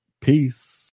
Peace